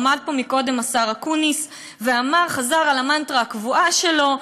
עמד פה קודם השר אקוניס וחזר על המנטרה הקבועה שלו,